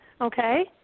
okay